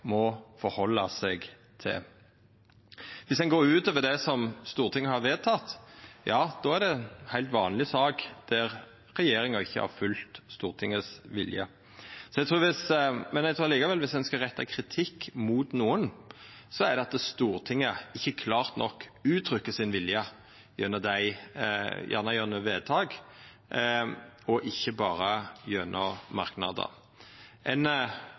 må retta seg etter. Viss ein går utover det Stortinget har vedteke, er det ei heilt vanleg sak der regjeringa ikkje har følgt Stortingets vilje. Men eg trur likevel at viss ein skal retta kritikk mot noko, er det det at Stortinget ikkje klart nok uttrykkjer sin vilje, gjerne gjennom vedtak og ikkje berre gjennom merknader. Ein